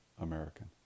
American